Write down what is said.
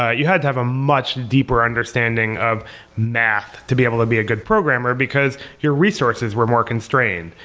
ah you had to have a much deeper understanding of math to be able to be a good programmer, because your resources were more constrained.